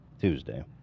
Tuesday